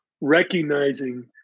recognizing